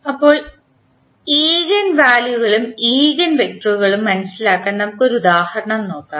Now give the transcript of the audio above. ഇപ്പോൾ ഈഗൻവാല്യുകളും ഈഗൻവെക്ടറുകളും മനസിലാക്കാൻ നമുക്ക് ഒരു ഉദാഹരണം നോക്കാം